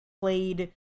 played